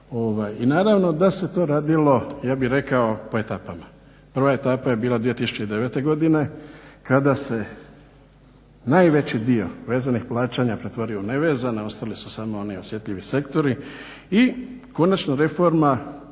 I naravno da se to radilo, ja bih rekao, po etapama. Prva etapa je bila 2009. godine kada se najveći dio vezanih plaćanja pretvorio u nevezane, a ostali su samo oni osjetljivi sektori. I konačno reforma,